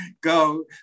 Go